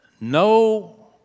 no